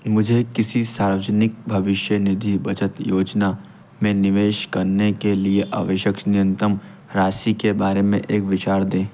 मुझे किसी सार्वजनिक भविष्य निजी बचत योजना में निवेश करने के लिए आवश्यक न्यूनतम राशि के बारे में एक विचार दें